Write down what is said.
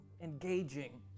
engaging